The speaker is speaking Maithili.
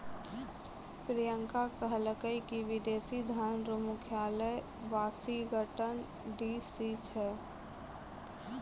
प्रियंका कहलकै की विदेशी धन रो मुख्यालय वाशिंगटन डी.सी छै